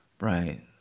right